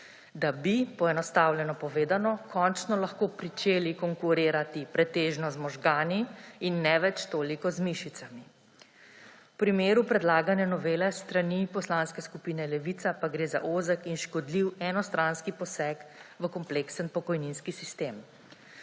da bi, poenostavljeno povedano, končno lahko pričeli konkurirati pretežno z možgani in ne več toliko z mišicami. V primeru predlagane novele s strani Poslanske skupine Levica pa gre za ozek in škodljiv enostranski poseg v kompleksen pokojninski sistem.